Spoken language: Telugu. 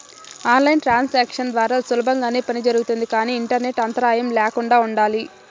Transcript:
ఆన్ లైన్ ట్రాన్సాక్షన్స్ ద్వారా సులభంగానే పని జరుగుతుంది కానీ ఇంటర్నెట్ అంతరాయం ల్యాకుండా ఉండాలి